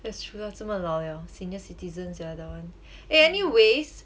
that's true 他这么老了 senior citizen sia that [one] eh anyways